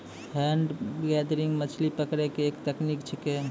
hand gathering मछली पकड़ै के एक तकनीक छेकै